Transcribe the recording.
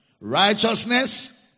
Righteousness